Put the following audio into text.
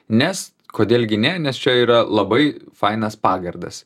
nes kodėl gi ne nes čia yra labai fainas pagardas